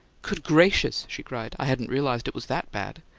good gracious! she cried. i hadn't realized it was that bad!